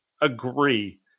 agree